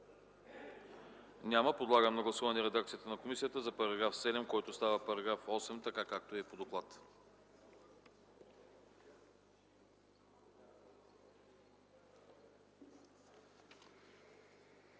Няма. Подлагам на гласуване редакцията на комисията за § 28, който става § 37, така както е по доклада.